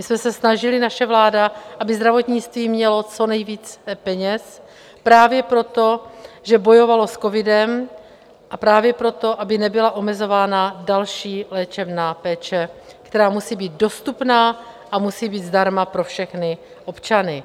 My jsme se snažili, naše vláda, aby zdravotnictví mělo co nejvíce peněz právě proto, že bojovalo s covidem, a právě proto, aby nebyla omezována další léčebná péče, která musí být dostupná a musí být zdarma pro všechny občany.